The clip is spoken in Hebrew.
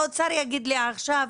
האוצר יגיד לי עכשיו,